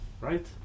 right